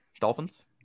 Dolphins